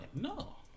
No